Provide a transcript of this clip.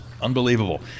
Unbelievable